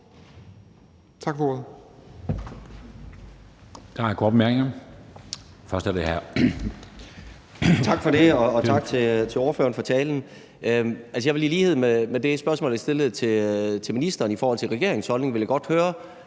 Tak for det, og tak til ordføreren for talen. Jeg vil i lighed med det spørgsmål, jeg stillede til ministeren om regeringens holdning, godt høre,